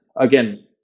again